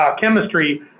chemistry